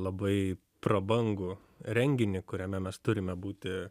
labai prabangų renginį kuriame mes turime būti